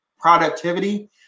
productivity